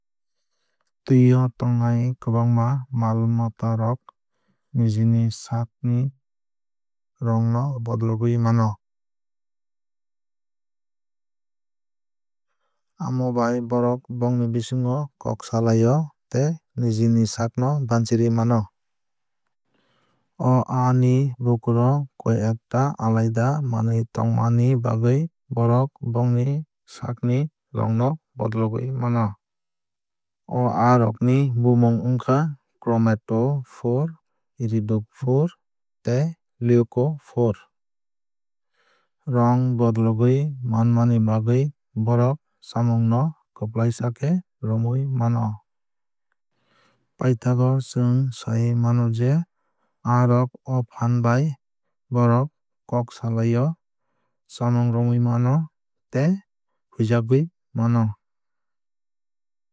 Twui o tongnai kwbangma mal mata rok niji ni saak ni rong no bodologwui mano. Amo bai borok bongni bisingo kok salai o tei niji ni saak no banchirwui mano. O aa ni bukur o koi ekta alaida manwui tongmani bagwui borok bongni saak ni rong no bodologwui mano. O aa rok ni bumung wngkha chromatophore iridophore tei leucophore. Rong bodologwui manmani bagwui borok chamung no kwplaisa khe romwui mano. Paithago chwng sai mano je aa rok o phaan bai borok kok salai o chamung romwui mano tei hwuijagwui mano.